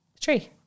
Tree